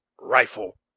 Rifle